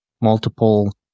multiple